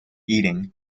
eating